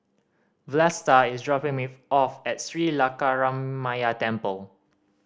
Vlasta is dropping me off at Sri Lankaramaya Temple